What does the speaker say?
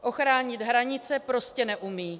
Ochránit hranice prostě neumí.